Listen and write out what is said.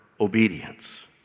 obedience